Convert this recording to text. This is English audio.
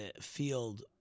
field